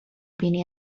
بینی